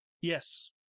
Yes